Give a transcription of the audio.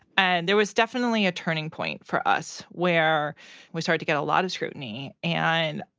and there was definitely a turning point for us where we started to get a lot of scrutiny. and,